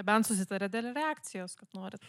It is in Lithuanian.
nebent susitaria dėl reakcijos kad norit